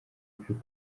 kuri